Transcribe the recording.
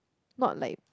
not like